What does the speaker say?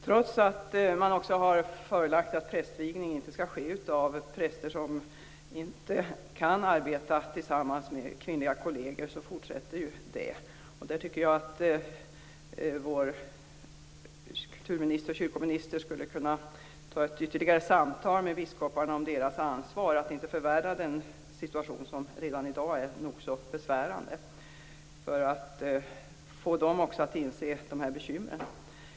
Trots att man också har förelagt att prästvigning inte skall ske av präster som inte kan arbeta tillsammans med kvinnliga kolleger fortsätter detta att ske. Jag tycker att vår kyrkominister skulle kunna föra ytterligare samtal med biskoparna om deras ansvar när det gäller att inte förvärra den situation som redan i dag är nog så besvärande, för att få också dem att inse dessa bekymmer.